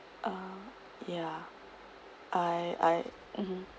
uh ya I I mmhmm